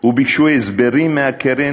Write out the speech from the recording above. וביקשו הסברים מהקרן,